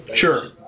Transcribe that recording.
sure